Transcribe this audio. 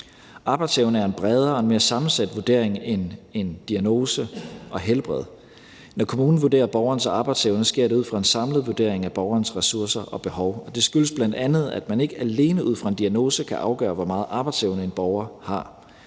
Arbejdsevne er en bredere og mere sammensat vurdering end diagnose og helbred. Når kommunen vurderer borgerens arbejdsevne, sker det ud fra en samlet vurdering af borgerens ressourcer og behov, og det skyldes bl.a., at man ikke alene ud fra en diagnose kan afgøre, hvor meget arbejdsevne borgere har.